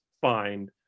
find